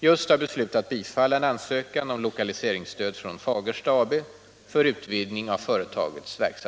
Jag kan också nämna